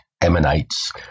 emanates